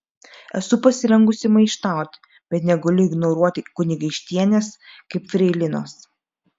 esu pasirengusi maištauti bet negaliu ignoruoti kunigaikštienės kaip freilinos